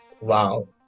Wow